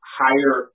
higher